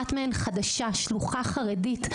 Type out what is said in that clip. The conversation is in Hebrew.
אחת מהן היא שלוחה חרדית חדשה,